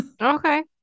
Okay